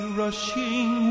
rushing